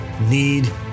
need